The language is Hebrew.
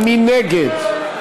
מי נגד?